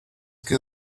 que